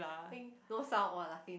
think no sound or laughing